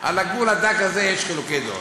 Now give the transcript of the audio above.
על הגבול הדק הזה יש חילוקי דעות.